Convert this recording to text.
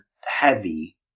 heavy